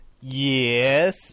Yes